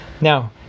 Now